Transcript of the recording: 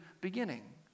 beginning